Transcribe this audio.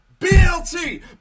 blt